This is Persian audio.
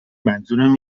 منظورم